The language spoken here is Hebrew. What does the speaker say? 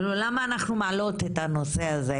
זאת אומרת הם לא הבינה בכלל למה אנחנו מעלות את הנושא הזה.